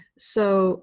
so